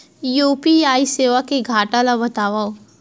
UPI सेवा के घाटा ल बतावव?